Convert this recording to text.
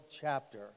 chapter